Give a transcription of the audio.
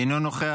אינו נוכח.